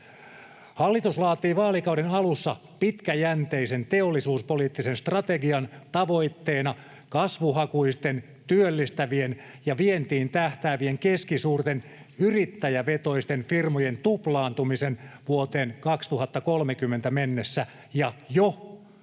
Hallitus laatii vaalikauden alussa pitkäjänteisen teollisuuspoliittisen strategian, jonka tavoitteena on kasvuhakuisten, työllistävien ja vientiin tähtäävien keskisuurten yrittäjävetoisten firmojen tuplaantuminen vuoteen 2030 mennessä ja jo täällä